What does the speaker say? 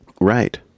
Right